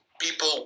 people